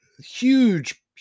huge